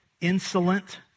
insolent